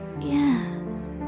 Yes